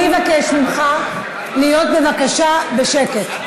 אני מוחה על, אני אבקש ממך להיות בשקט, בבקשה.